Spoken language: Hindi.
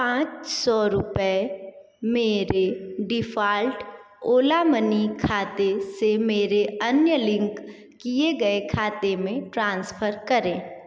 पाँच सौ रूपए मेरे डिफ़ॉल्ट ओला मनी खाते से मेरे अन्य लिंक किए गए खाते में ट्रांसफ़र करें